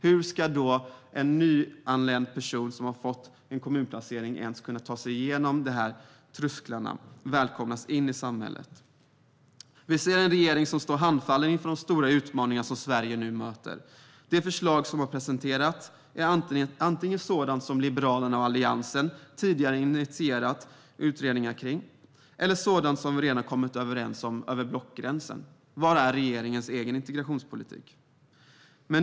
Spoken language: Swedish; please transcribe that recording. Hur ska då en nyanländ person som fått en kommunplacering kunna ta sig igenom dessa trösklar och välkomnas in i samhället? Vi ser en regering som står handfallen inför de stora utmaningarna som Sverige nu möter. De förslag som har presenterats är antingen sådana som Liberalerna och Alliansen tidigare initierat utredningar om eller sådana som vi redan kommit överens om över blockgränsen. Var finns regeringens egen integrationspolitik?